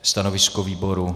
Stanovisko výboru?